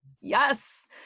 Yes